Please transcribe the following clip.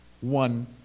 one